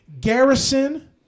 garrison